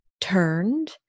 turned